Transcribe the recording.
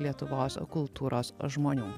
lietuvos kultūros žmonių